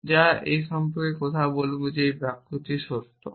এবং আমরা সে সম্পর্কে কথা বলব যে এই বাক্যটি সত্য